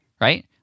right